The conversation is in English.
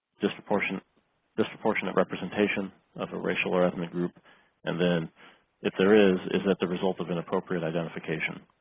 disproportion disproportionate representation of a racial or ethnic group and then if there is is that the result of an appropriate identification.